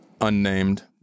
unnamed